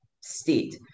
state